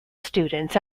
students